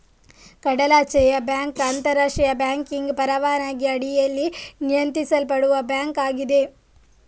ಕಡಲಾಚೆಯ ಬ್ಯಾಂಕ್ ಅಂತರಾಷ್ಟ್ರೀಯ ಬ್ಯಾಂಕಿಂಗ್ ಪರವಾನಗಿ ಅಡಿಯಲ್ಲಿ ನಿಯಂತ್ರಿಸಲ್ಪಡುವ ಬ್ಯಾಂಕ್ ಆಗಿದೆ